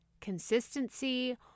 Consistency